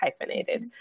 hyphenated